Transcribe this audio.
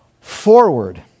forward